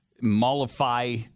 mollify